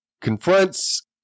confronts